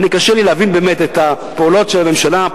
קשה לי להבין באמת את הפעולות של הממשלה,